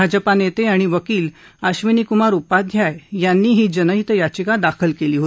भाजपा नेते आणि वकील अश्विनीकुमार उपाध्याय यांनी ही जनहित याचिका दाखल केली आहे